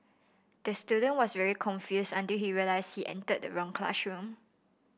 the student was very confused until he realised he entered the wrong classroom